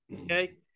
Okay